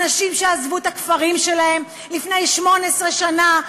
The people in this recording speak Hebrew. אנשים שעזבו את הכפרים שלהם לפני 18 שנה,